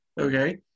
Okay